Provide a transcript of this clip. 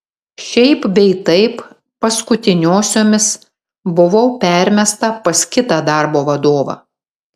šiaip bei taip paskutiniosiomis buvau permesta pas kitą darbo vadovą